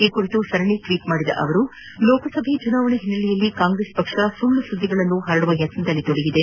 ಈ ಕುರಿತು ಸರಣಿ ಟ್ನೇಟ್ ಮಾಡಿರುವ ಅವರು ಲೋಕಸಭಾ ಚುನಾವಣೆ ಹಿನ್ನೆಲೆಯಲ್ಲಿ ಕಾಂಗ್ರೆಸ್ ಪಕ್ಷ ಸುಳ್ನು ಸುದ್ದಿಗಳನ್ನು ಹಬ್ಲಿಸುವ ಪ್ರಯತ್ನದಲ್ಲಿ ತೊಡಗಿದೆ